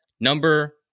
Number